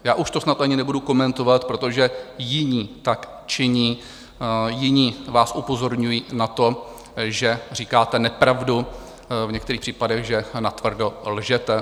Já už to snad ani nebudu komentovat, protože jiní tak činí, jiní vás upozorňují na to, že říkáte nepravdu, v některých případech že natvrdo lžete.